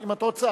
אם את רוצה.